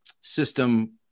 system